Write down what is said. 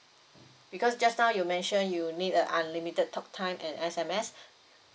because just now you mentioned you need uh unlimited talk time and S_M_S